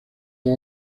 dos